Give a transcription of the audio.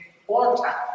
important